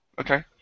Okay